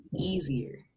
easier